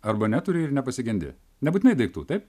arba neturi ir nepasigendi nebūtinai daiktų taip